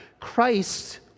Christ